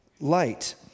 light